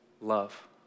Love